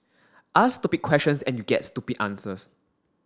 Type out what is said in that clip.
ask stupid questions and you get stupid answers